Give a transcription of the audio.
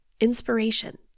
inspiration